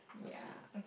we'll see